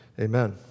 Amen